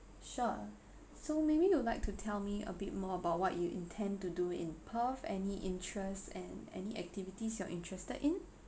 sure so maybe you would like to tell me a bit more about what you intend to do in perth any interests and any activities you're interested in